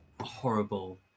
horrible